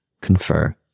confer